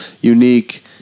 unique